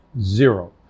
zero